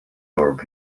orb